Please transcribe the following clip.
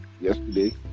yesterday